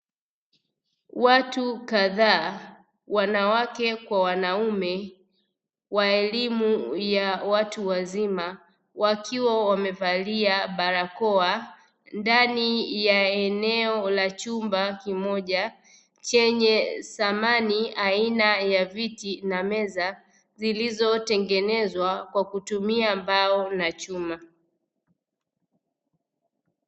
Watu kadhaa wanawake kwa wanaume wa elimu ya watu wazima, wakiwa wamevalia barakoa ndani ya eneo la chumba kimoja, chenye samani aina ya viti na meza, zilizotengenezwa kwa kutumia mbao na chuma.